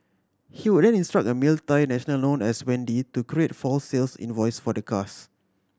he would then instruct a male Thai national known as Wendy to create false sales invoices for the cars